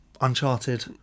Uncharted